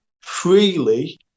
freely